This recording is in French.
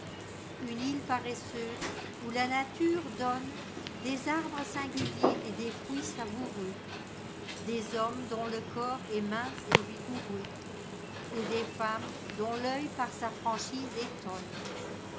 une île paresseuse où la nature donne des arbres singuliers et des fruits savoureux des hommes dont le corps est mince et vigoureux et des femmes dont toeil par sa franchise étonne